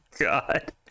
God